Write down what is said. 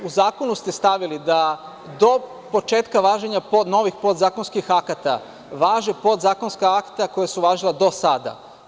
U zakonu ste stavili da do početka važenja novih podzakonskih akta, važe podzakonska akta koja su važila do sada.